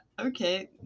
okay